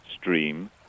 stream